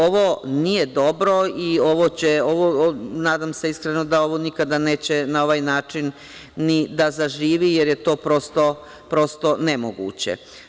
Ovo nije dobro i ovo nadam se iskreno da nikada neće na ovaj način ni da zaživi jer je to prosto nemoguće.